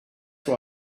why